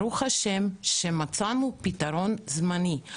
ברוך השם מצאנו פתרון זמני,